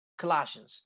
Colossians